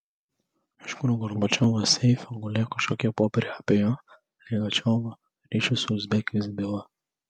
kažkur gorbačiovo seife gulėjo kažkokie popieriai apie jo ligačiovo ryšį su uzbekijos byla